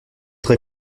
très